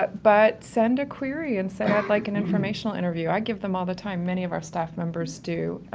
but but send a query and say i'd like an informational interview. i give them all the time. many of our staff members do.